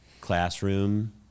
classroom